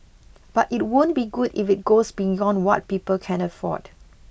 but it won't be good if it goes beyond what people can afford